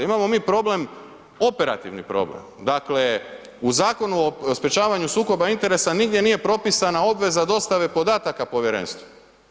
Imamo mi problem, operativni problem, dakle, u Zakonu o sprječavanju sukoba interesa nigdje nije propisana obveza dostave podataka povjerenstvu.